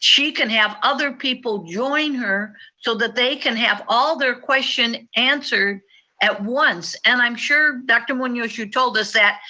she can have other people join her, so that they can have all their questions answered at once. and i'm sure, dr. munoz, you told us that,